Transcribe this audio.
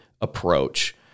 approach